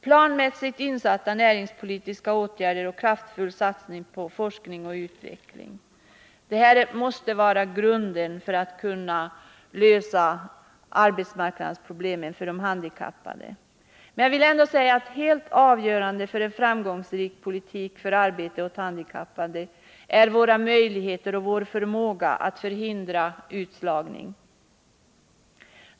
Planmässigt insatta näringspolitiska åtgärder och kraftfull satsning på forskning och utveckling är grunden, om man skall kunna lösa arbetsmarknadsproblemen för de handikappade. Helt avgörande för en framgångsrik politik för arbete åt handikappade är våra möjligheter och vår förmåga att förhindra utslagning.